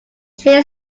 train